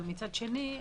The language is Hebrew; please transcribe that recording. מצד השני,